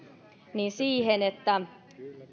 siihen että